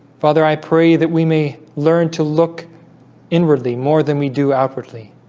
father i pray that we may learn to look inwardly more than we do outwardly